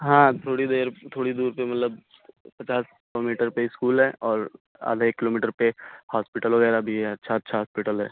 ہاں تھوڑی دیر تھوڑی دور پہ مطلب پچاس سو میٹر پہ اسکول ہے اور آدھے ایک کلو میٹر پہ ہاسپیٹل وغیرہ بھی ہے اچھا اچھا ہاسپیٹل ہے